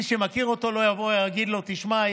מי שמכיר אותו לא יבוא ויגיד לו: תשמע,